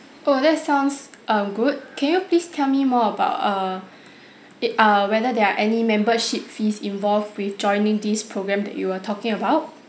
oh that sounds um good can you please tell me more about err it err whether there are any membership fees involved with joining this programme that you were talking about